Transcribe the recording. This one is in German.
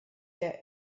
der